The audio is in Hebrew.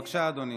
בבקשה, אדוני.